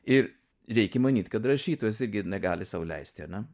ir reikia manyt kad rašytojas irgi negali sau leisti ane